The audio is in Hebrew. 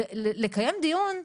לקיים דיון,